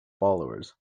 followers